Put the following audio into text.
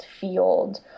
field